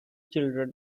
children